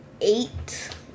eight